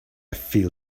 feel